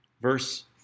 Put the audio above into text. Verse